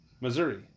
Missouri